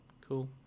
Cool